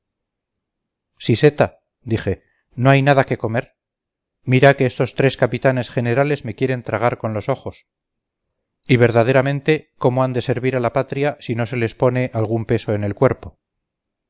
siseta dije no hay nada que comer mira que estos tres capitanes generales me quieren tragar con los ojos y verdaderamente cómo han de servir a la patria si no se les pone algún peso en el cuerpo